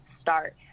start